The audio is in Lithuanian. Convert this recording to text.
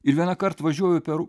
ir vienąkart važiuoju per